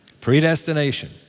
Predestination